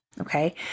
Okay